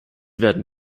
werden